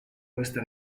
questa